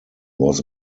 was